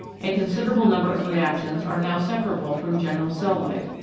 a con siderable number of reactions are now separable from general cell life,